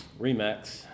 Remax